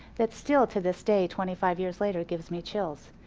that's still to this day, twenty five years later gives me chills.